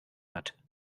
hat